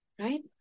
right